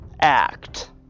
act